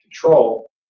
control